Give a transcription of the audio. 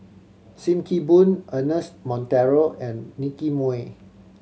Sim Kee Boon Ernest Monteiro and Nicky Moey